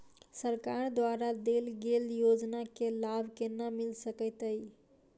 सरकार द्वारा देल गेल योजना केँ लाभ केना मिल सकेंत अई?